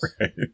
Right